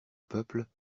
peuple